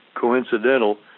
coincidental